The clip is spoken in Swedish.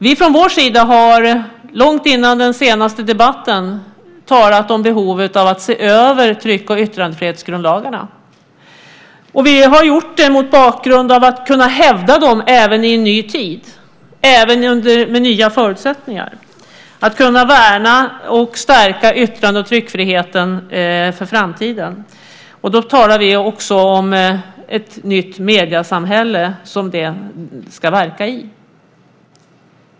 Vi från vår sida har, långt innan den senaste debatten, talat om behovet att se över tryck och yttrandefrihetsgrundlagarna. Vi har gjort det mot bakgrund av att kunna hävda dem även i en ny tid, även med nya förutsättningar, att kunna värna och stärka yttrandefriheten för framtiden. Då talar vi också om ett nytt mediesamhälle som de ska verka i.